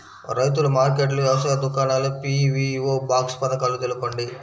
రైతుల మార్కెట్లు, వ్యవసాయ దుకాణాలు, పీ.వీ.ఓ బాక్స్ పథకాలు తెలుపండి?